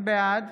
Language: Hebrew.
בעד